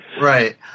Right